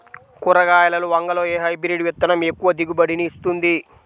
కూరగాయలలో వంగలో ఏ హైబ్రిడ్ విత్తనం ఎక్కువ దిగుబడిని ఇస్తుంది?